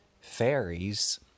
fairies